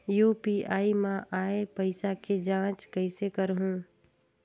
UPI मा आय पइसा के जांच कइसे करहूं?